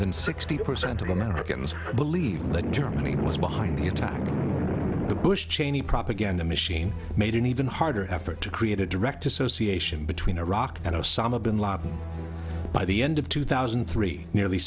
than sixty percent of americans believe that germany was behind the attack the bush cheney propaganda machine made an even harder effort to create a direct association between iraq and osama bin laden by the end of two thousand and three nearly